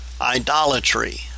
idolatry